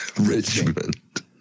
Richmond